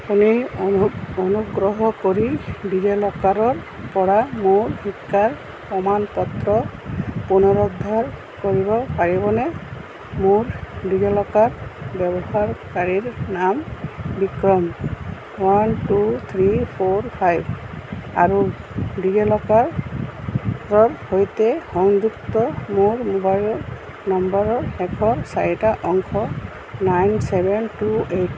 আপুনি অনু অনুগ্ৰহ কৰি ডিজি লকাৰৰ পৰা মোৰ শিক্ষাৰ প্ৰমাণ পত্ৰ পুনৰুদ্ধাৰ কৰিব পাৰিবনে মোৰ ডিজি লকাৰ ব্যৱহাৰকাৰীৰ নাম Vikram one two three four five আৰু ডিজি লকাৰৰ সৈতে সংযুক্ত মোৰ মোবাইল নম্বৰৰ শেষৰ চাৰিটা অংশ নাইন চেভেন টু এইট